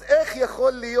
אז איך יכול להיות,